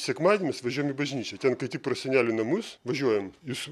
sekmadienį mes važiuojam į bažnyčią ten kaip tik pro senelių namus važiuojam jūs